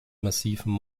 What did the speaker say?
massivem